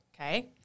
Okay